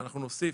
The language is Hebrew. אנחנו נוסיף,